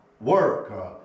work